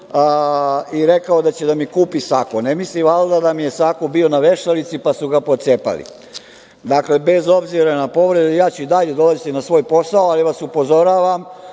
i reko je da će da mi kupi sako. Ne misli valjda da mi je sako bio na vešalici, pa su ga pocepali. Dakle, bez obzira na povrede, ja ću dalje dolaziti na svoj posao, ali vas upozoravam